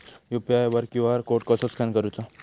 UPI वर QR code कसा scan करूचा?